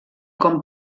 com